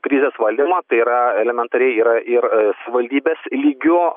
krizės valdymą tai yra elementariai yra ir savivaldybės lygiu